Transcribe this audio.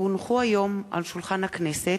כי הונחו היום על שולחן הכנסת,